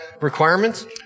requirements